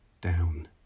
Down